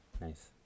Nice